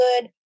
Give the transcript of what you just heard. good